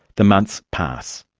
the months pass.